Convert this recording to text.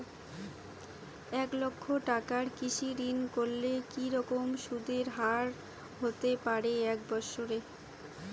এক লক্ষ টাকার কৃষি ঋণ করলে কি রকম সুদের হারহতে পারে এক বৎসরে?